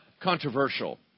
controversial